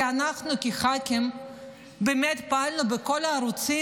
כי אנחנו כח"כים באמת פעלנו בכל הערוצים